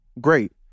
great